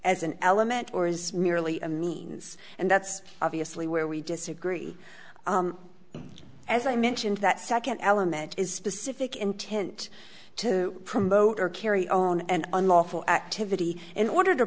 as an element or is merely a means and that's obviously where we disagree as i mentioned that second element is specific intent to promote or carry on and unlawful activity in order to